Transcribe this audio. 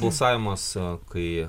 balsavimas a kai